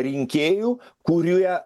rinkėjų kurioje